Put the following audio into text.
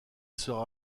sera